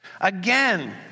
Again